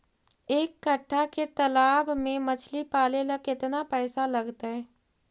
एक कट्ठा के तालाब में मछली पाले ल केतना पैसा लगतै?